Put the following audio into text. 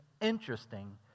interesting